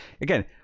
again